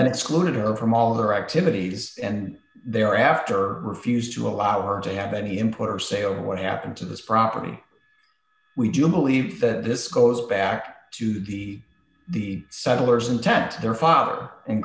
then exclude her from all her activities and they're after refused to allow her to have any import or sale or what happened to this property we do believe that this goes back to the the settlers intent their father